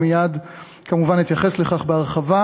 וכמובן מייד אתייחס לכך בהרחבה,